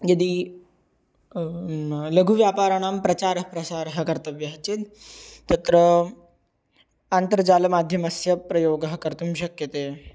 यदि लघुव्यापाराणां प्रचारः प्रसारः कर्तव्यः चेत् तत्र अन्तर्जालमाध्यमस्य प्रयोगः कर्तुं शक्यते